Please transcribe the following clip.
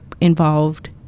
involved